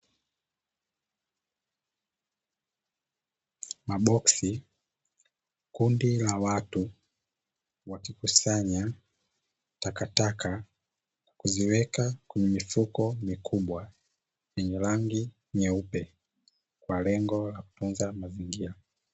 Maboksi, Kundi la watu wakikusanya takataka kuziweka kwenye mifuko mikubwa yenye rangi nyeupe, kwa lengo la kutunza mazingira.